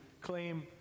claim